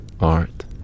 art